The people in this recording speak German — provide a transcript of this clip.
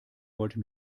wollte